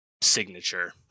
signature